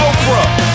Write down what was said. Oprah